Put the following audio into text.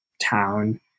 town